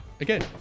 Again